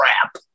crap